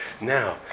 Now